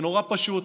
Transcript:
זה נורא פשוט,